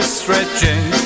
stretching